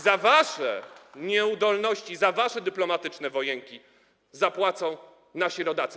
Za wasze nieudolności, za wasze dyplomatyczne wojenki zapłacą nasi rodacy.